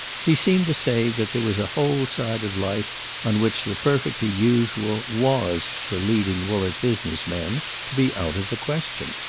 he seemed to say that there was a whole side of life on which the perfectly usual was for leading woollett business-men to be out of the question.